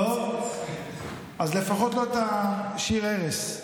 אז לפחות לא את שיר הערש.